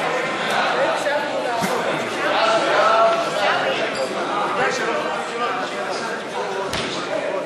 ההצעה להעביר את הצעת חוק לתיקון פקודת המלט (הגבלת משקלו של שק מלט),